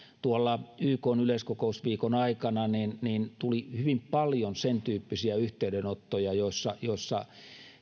tuolla ykn yleiskokousviikon aikana tuli hyvin paljon sen tyyppisiä yhteydenottoja joissa joissa